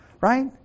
right